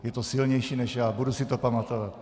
Je to silnější než já, budu si to pamatovat.